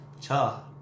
Cha